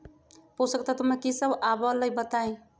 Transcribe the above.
पोषक तत्व म की सब आबलई बताई?